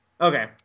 Okay